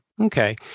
Okay